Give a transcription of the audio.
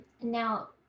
Now